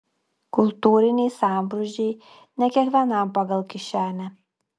kultūriniai sambrūzdžiai ne kiekvienam pagal kišenę